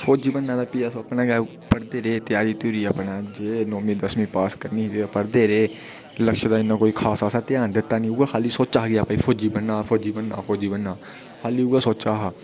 फौजी बनना भी अस रेह् तेआरी अपने जे नौमीं दसमीं पास करनी ते पढ़दे रेह् लक्ष्य दा इ'न्ना कोई खास ध्यान दित्ता नेईं उ'ऐ खाल्ली सोचा हा की भई फौजी बनना फौजी बनना फौजी बनना खाल्ली उ'ऐ सोचेआ हा